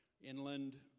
inland